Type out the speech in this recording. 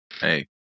Hey